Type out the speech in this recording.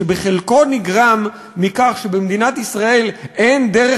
שחלקו נגרם מכך שבמדינת ישראל אין דרך